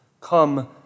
Come